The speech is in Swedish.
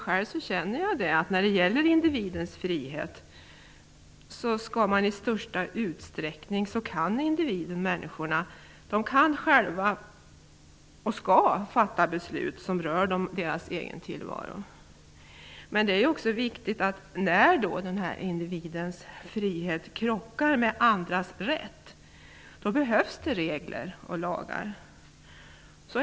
Jag anser att individerna själva kan och skall fatta beslut som rör deras egen tillvaro. Det är emellertid också viktigt att komma ihåg att när individens frihet krockar med andras rätt behövs det regler och lagar.